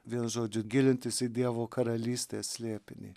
vienu žodžiu gilintis į dievo karalystės slėpinį